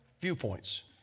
viewpoints